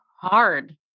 hard